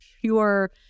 pure